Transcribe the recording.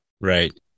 Right